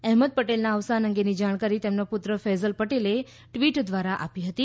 અહેમદ પટેલના અવસાન અંગેની જાણકારી તેમના પુત્ર ફૈઝલ પટેલ ટ્વીટ દ્વારા આપી હતી